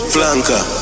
Flanker